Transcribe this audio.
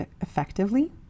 effectively